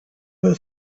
her